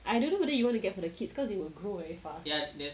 I don't know whether you want to get for the kids cause they will grow very fast